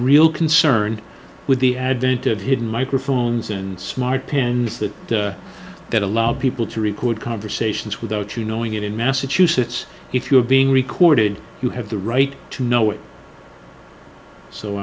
real concern with the advent of hidden microphone and smart pens that that allow people to record conversations without you knowing it in massachusetts if you're being recorded you have the right to know it so